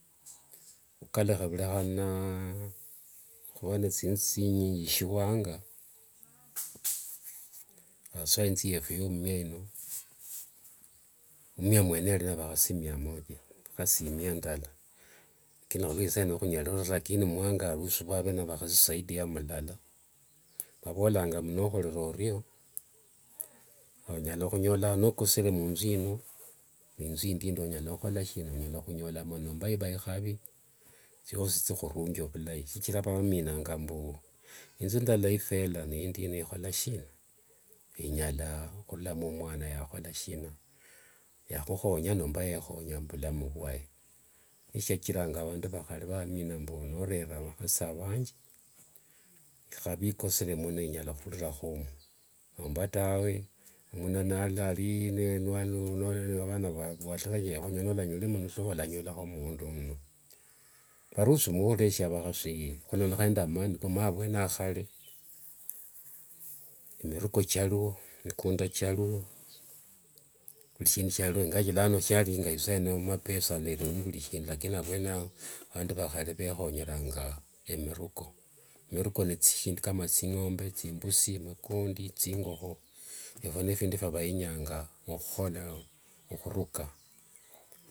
Khukalugha vurekhana khuvaa nde thinzu thinyingi vuangakhaswa inzu yefu yomumia ino, mumia mwene yari nde vhakhasi miamoja, vhakhasi imia ndala lakini khulua isaino khunyarirwa saa lakini khulwaisaino mwanga arusivwa ave na vakhasi zaidi ya mulala vavolanga mbu nokhorere erio onyala khunyola nokosere munzu ino ni inzu indi ino onyala khunyolamo ikhavi thiosi thikhurunge vulai shichira vaminanga mbu inzu ndala niifela ni indi ino ikhola sina inyala khurulamo mwana yakhola shina yakhukhonya nomba yekhonya muvulamu vwae eshiachiranga vandu vakhare nivaminanga mbu norerere avakhasi avanji ikhavi nikosere muno inyala khururirakho omo nomba tawe vana va watarajia khunyola nolanyola omo shova olanyolakho muundi omo tawe, arusi eshe avakhasi khulondokhana nde amani ko omanyire avuene ao khare, emiruko chario, mikunda chario vuri sindu siario ingawaje nano shaiari ngiisaino mapesa nkarivurishindu lakini avuene ao vandu vakhare vekhonyeranga emiruko, miruko nithishindu kama thingombe, thimbusi, makondi, thingokho epho nephindu phia vainyanga okhukhola.